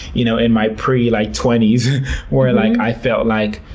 you know, in my pre like twenty s where like i felt like